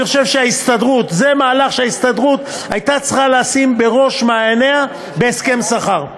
אני חושב שזה מהלך שההסתדרות הייתה צריכה לשים בראש מעייניה בהסכם השכר.